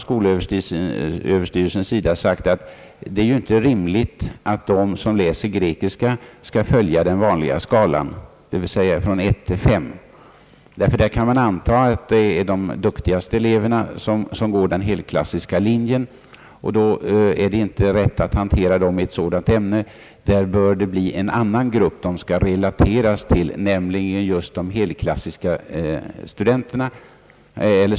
Skolöverstyrelsen har i detta fall sagt, att det ju inte är rimligt att de som läser grekiska skall följa den relativa skalan, dvs. från 1—5 helt ut. Vi kan nämligen anta att det är de duktigaste eleverna som går den helklassiska linjen, och då bör det lämpligen bli en annan grupp som de skall relateras till när det gäller detta ämne.